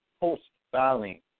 post-filing